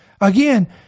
again